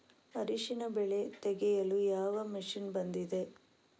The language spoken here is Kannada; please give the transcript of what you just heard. ಅರಿಶಿನ ಬೆಳೆ ತೆಗೆಯಲು ಯಾವ ಮಷೀನ್ ಬಂದಿದೆ?